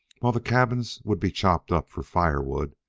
while the cabins would be chopped up for firewood,